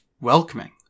welcoming